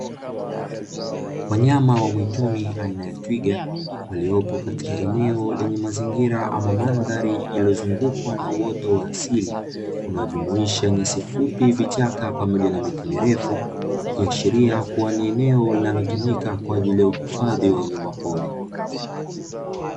Wanyama wa mwituni aina ya twiga, waliopo katika eneo lenye mazingira ama mandhari iliyozungukwa na uoto wa asili; unaojumuisha nyasi fupi, vichaka pamoja na miti mirefu, ikiashiria kuwa ni eneo linalotumika kwa ajili ya uhifadhi wa wanyamapori.